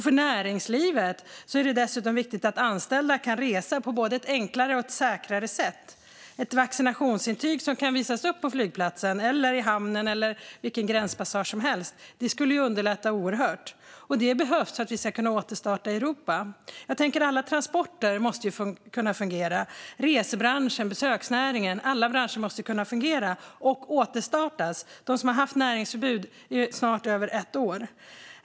För näringslivet är det dessutom viktigt att anställda kan resa på ett både enklare och säkrare sätt. Ett vaccinationsintyg som kan visas upp på flygplatsen, i hamnen eller vid vilken gränspassage som helst skulle underlätta oerhört. Det behövs för att vi ska kunna återstarta Europa. Alla transporter måste kunna fungera. Resebranschen, besöksnäringen och alla andra branscher måste kunna fungera och återstartas. Man har haft näringsförbud i snart ett år.